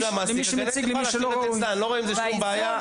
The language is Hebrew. אני לא רואה עם זה שום בעיה.